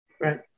Right